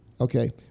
Okay